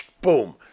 Boom